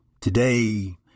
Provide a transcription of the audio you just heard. Today